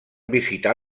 visitar